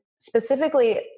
specifically